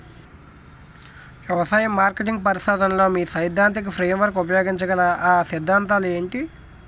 వ్యవసాయ మార్కెటింగ్ పరిశోధనలో మీ సైదాంతిక ఫ్రేమ్వర్క్ ఉపయోగించగల అ సిద్ధాంతాలు ఏంటి?